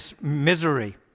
misery